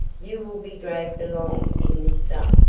you will be dragged along in this stuff.